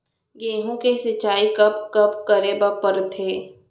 गेहूँ के सिंचाई कब कब करे बर पड़थे?